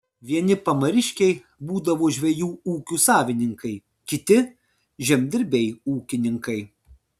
vieni pamariškiai būdavo žvejų ūkių savininkai kiti žemdirbiai ūkininkai